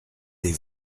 des